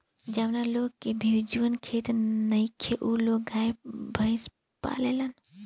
जावना लोग के भिजुन खेत नइखे उ लोग गाय, भइस के पालेलन